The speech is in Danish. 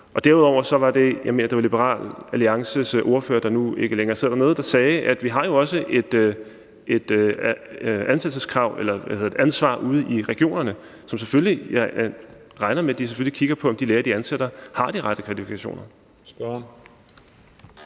at det var Liberal Alliances ordfører, der nu ikke længere sidder dernede, der sagde, at der jo derudover også er et ansættelsesansvar ude i regionerne, hvor jeg regner med, at de selvfølgelig kigger på, om de læger, de ansætter, har de rette kvalifikationer.